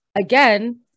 again